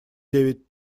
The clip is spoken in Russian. девять